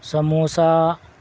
samosa